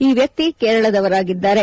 ಈ ವ್ಯಕ್ತಿ ಕೇರಳದವರಾಗಿದ್ದಾರೆ